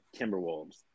Timberwolves